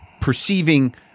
perceiving